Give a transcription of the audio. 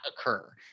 occur